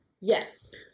Yes